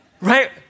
Right